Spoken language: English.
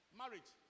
marriage